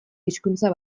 hizkuntza